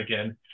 again